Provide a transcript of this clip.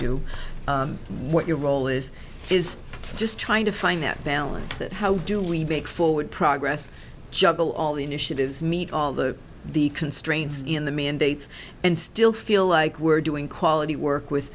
do what your role is is just trying to find that balance that how do we make forward progress juggle all the initiatives meet all the the constraints in the mandates and still feel like we're doing quality work with